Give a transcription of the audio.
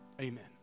Amen